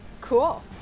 Cool